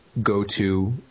go-to